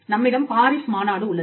நம்மிடம் பாரிஸ் மாநாடு உள்ளது